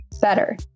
better